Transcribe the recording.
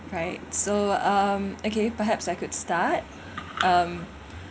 right so um okay perhaps I could start um